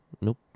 Nope